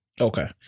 Okay